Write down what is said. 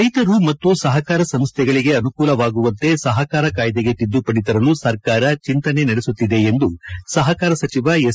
ರೈತರು ಮತ್ತು ಸಹಕಾರ ಸಂಸ್ಥೆಗಳಿಗೆ ಅನುಕೂಲವಾಗುವಂತೆ ಸಹಕಾರ ಕಾಯ್ದೆಗೆ ತಿದ್ದುಪಡಿ ತರಲು ಸರ್ಕಾರ ಚಿಂತನೆ ನಡೆಸುತ್ತಿದೆ ಎಂದು ಸಹಕಾರ ಸಚಿವ ಎಸ್